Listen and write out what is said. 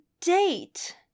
date